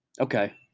Okay